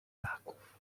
ptaków